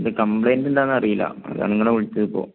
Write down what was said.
എന്താണ് കംപ്ലയിൻറ്റ് എന്താണെന്ന് അറിയില്ല അതാണ് നിങ്ങളെ വിളിച്ചത് ഇപ്പോൾ